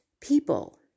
people